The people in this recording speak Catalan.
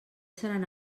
seran